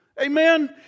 Amen